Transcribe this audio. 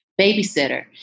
babysitter